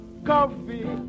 Coffee